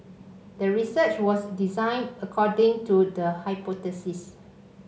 the research was designed according to the hypothesis